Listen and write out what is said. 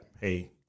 hey